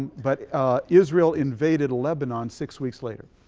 but israel invaded lebanon six weeks later.